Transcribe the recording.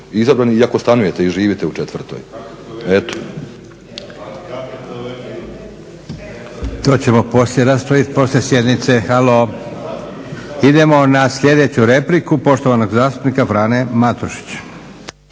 glas i ne razumije se./ … **Leko, Josip (SDP)** To ćemo poslije raspraviti, poslije sjednice. Halo. Idemo na sljedeću repliku, poštovanog zastupnika Frane Matušić.